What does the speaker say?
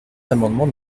l’amendement